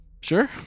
Sure